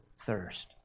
thirst